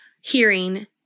hearing